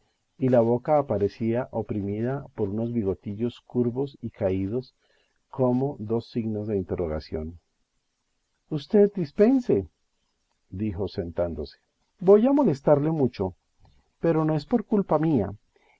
y la boca aparecía oprimida por unos bigotillos curvos y caídos como dos signos de interrogación usted dispense dijo sentándose voy a molestarle mucho pero no es por culpa mía